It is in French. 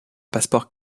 passeport